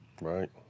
Right